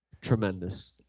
Tremendous